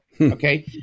Okay